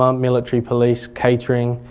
um military police, catering,